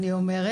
למה?